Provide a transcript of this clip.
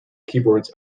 keyboards